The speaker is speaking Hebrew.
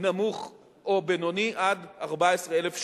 נמוך או בינוני, עד 14,000 שקלים.